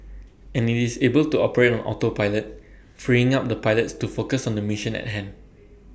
and IT is able to operate on autopilot freeing up the pilots to focus on the mission at hand